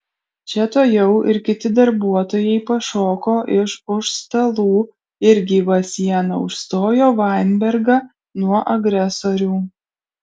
čia tuojau ir kiti darbuotojai pašoko iš už stalų ir gyva siena užstojo vainbergą nuo agresorių